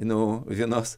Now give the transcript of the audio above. nu vienos